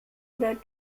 oder